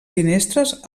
finestres